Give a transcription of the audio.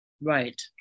right